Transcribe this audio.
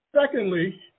Secondly